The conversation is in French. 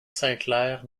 sinclair